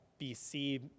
BC